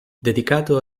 dedicato